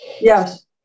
Yes